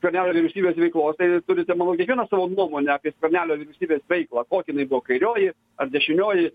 skvernelio vyriausybės veiklos tai jūs turite manau kiekvienas savo nuomonę apie skvernelio vyriausybės veiklą kokia jinai buvo kairioji ar dešinioji